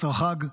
אותו חג,